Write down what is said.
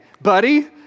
buddy